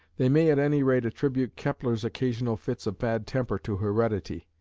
they may at any rate attribute kepler's occasional fits of bad temper to heredity.